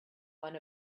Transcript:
one